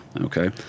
Okay